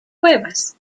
cuevas